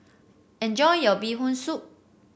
enjoy your Bee Hoon Soup